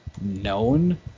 known